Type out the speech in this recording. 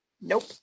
Nope